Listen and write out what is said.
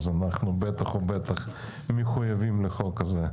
אז אנחנו בטח ובטח מחויבים לחוק הזה.